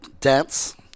dance